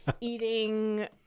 eating